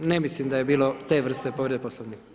Ne mislim da je bilo te vrste povrede Poslovnika.